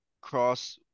Cross